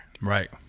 Right